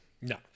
No